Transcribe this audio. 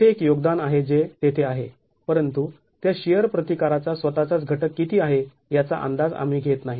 तेथे एक योगदान आहे जे तेथे आहे परंतु त्या शिअर प्रतिकाराचा स्वतःचाच घटक किती आहे याचा अंदाज आम्ही घेत नाही